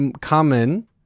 common